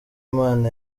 imana